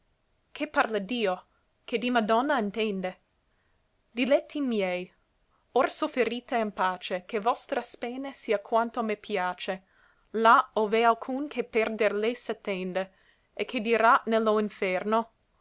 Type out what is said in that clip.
ché parla dio che di madonna intende diletti miei or sofferite in pace che vostra spene sia quanto me piace là ov è alcun che perder lei s'attende e che dirà ne lo inferno